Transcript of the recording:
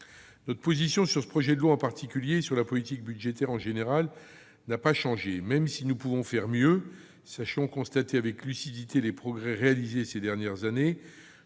Notre position sur ce projet de loi en particulier et sur la politique budgétaire en général n'a pas changé : même si nous pouvons mieux faire, sachons constater avec lucidité les progrès accomplis ces dernières années.